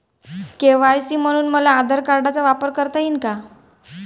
KYC म्हनून मले आधार कार्डाचा वापर करता येईन का?